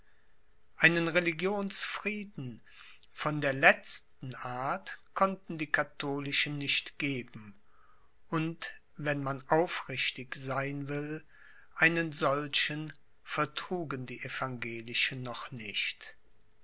einen religionsfrieden von der letzten art konnten die katholischen nicht geben und wenn man aufrichtig sein will einen solchen vertrugen die evangelischen noch nicht